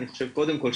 אני חושב קודם כל,